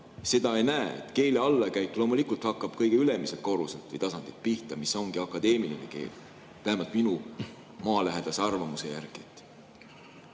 seda ei näe. Keele allakäik loomulikult hakkab kõige ülemiselt korruselt või tasandilt pihta, mis ongi akadeemiline keel. Vähemalt minu maalähedase arvamuse järgi.